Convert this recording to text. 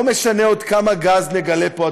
לא משנה כמה גז עוד נגלה פה,